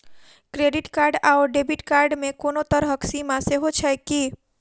Credit card आओर debit card मे कोनो तरहक सीमा सेहो छैक की?